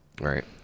right